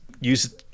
use